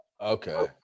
Okay